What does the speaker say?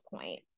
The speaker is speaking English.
point